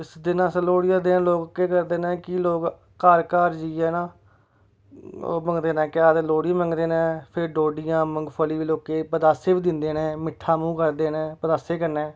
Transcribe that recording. उस दिन अस लोह्ड़ी आह्ले दिन केह् करदे ने कि लोक घर घर जेहियै ना लोह्ड़ी मंगदे ने फिर डोडियां मुंगफली लोकें गी पतासे बी दिंदे ने मिट्ठा मूहं करदे ने पतासे कन्नै